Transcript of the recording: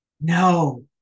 No